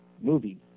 movie